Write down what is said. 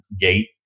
gate